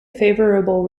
favourable